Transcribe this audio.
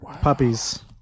puppies